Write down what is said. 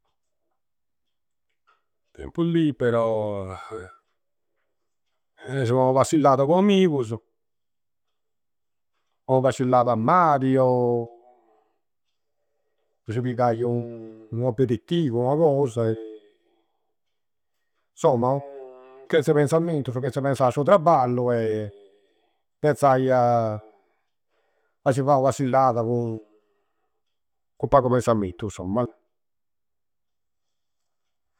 Tempu libero essi a ua passilada cu ammigusu o passillada a mari o si pigai u u aperittivu, ua cosa. Insomma! Chenze penzzammentusu, chenze penzai a su trabballu penzai a a si fai ua passillada cu cin pagu penzammentu, insomma.